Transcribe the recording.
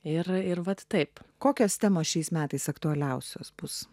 ir ir vat taip kokios temos šiais metais aktualiausios bus